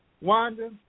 Wanda